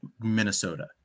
Minnesota